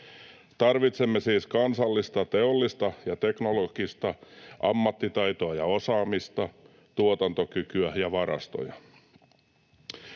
Tarvitsemme siis kansallista teollista ja teknologista ammattitaitoa ja osaamista, tuotantokykyä ja varastoja.